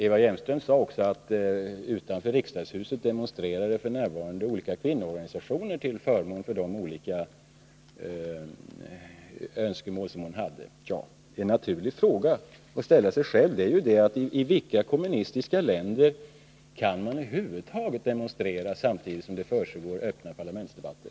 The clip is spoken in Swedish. Eva Hjelmström sade också att olika kvinnoorganisationer f. n. demonstrerade utanför riksdagshuset till förmån för de olika önskemål som hon hade. Ja, men en naturlig fråga att ställa sig i det sammanhanget är ju: I vilka kommunistiska länder kan man över huvud taget demonstrera samtidigt som det försiggår öppna parlamentsdebatter?